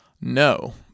No